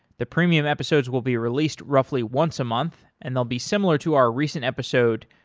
the premium episodes will be released roughly once a month and they'll be similar to our recent episode,